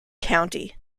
county